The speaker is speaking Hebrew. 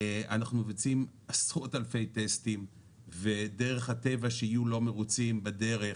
אנחנו מבצעים עשרות אלפי טסטים ודרך הטבע שיהיו לא מרוצים בדרך,